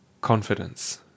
Confidence